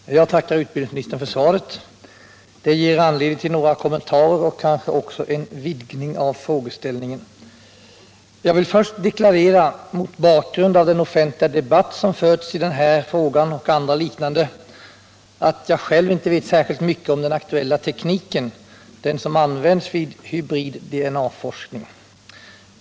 Nr 46 Herr talman! Jag tackar utbildningsministern för svaret. Det ger an Måndagen den ledning till några kommentarer och kanske också en vidgning av frå 12 december 1977 geställningen. Kövmstiönnslöntssnäkd nn: Jag vill först deklarera, mot bakgrund av den offentliga debatt som Om planerna på ett förts i den här frågan och andra liknande, att jag själv inte vet särskilt — s.k. högrisklaboramycket om den aktuella tekniken, den som används vid hybrid-DNA = torium vid Uppsala forskning.